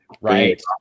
right